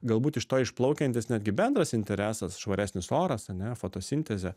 galbūt iš to išplaukiantis netgi bendras interesas švaresnis oras ar ne fotosintezė